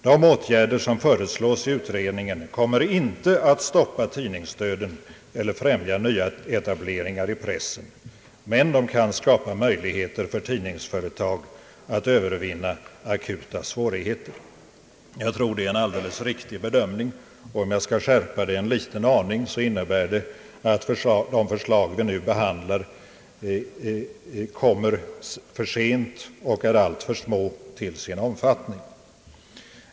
De åtgärder som föreslås i utredningen kommer inte att stoppa tidningsdöden eller främja nyetableringar i pressen, men de kan skapa möjligheter för tidningsföretag att övervinna akuta svårigheter.» Jag tror att det är en alldeles riktig bedömning, och om jag skall skärpa den en liten aning, innebär den att de förslag vi nu behandlar kommer för sent och är alltför små till sin omfattning.